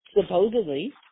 supposedly